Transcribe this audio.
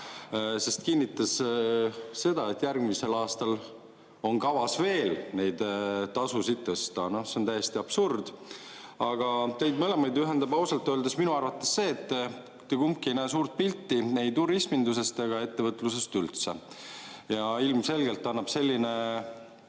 sest ta kinnitas seda, et järgmisel aastal on kavas neid tasusid veelgi tõsta. See on täiesti absurdne. Teid mõlemaid ühendab ausalt öeldes minu arvates see, et te kumbki ei näe suurt pilti ei turisminduses ega ettevõtlusest üldse. Ilmselgelt annab selline